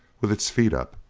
with its feet up.